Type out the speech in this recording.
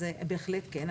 בהחלט כן.